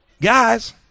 Guys